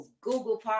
Google